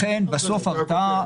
לכן בסוף ההרתעה,